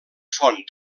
font